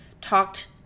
talked